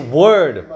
word